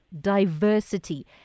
diversity